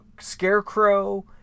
scarecrow